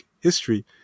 history